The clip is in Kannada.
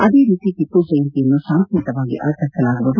ಅದೇ ರೀತಿ ಟಪ್ಪು ಜಯಂತಿಯನ್ನು ಶಾಂತಿಯುತವಾಗಿ ಆಚರಿಸಲಾಗುವುದು